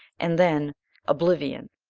and then oblivion!